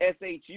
SHU